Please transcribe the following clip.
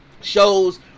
shows